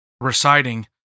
reciting